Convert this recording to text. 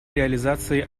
реализации